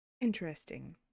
interesting